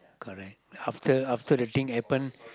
correct after after the thing happen